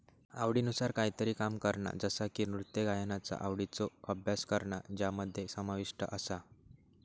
आवडीनुसार कायतरी काम करणा जसा की नृत्य गायनाचा आवडीचो अभ्यास करणा ज्यामध्ये समाविष्ट आसा